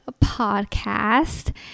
Podcast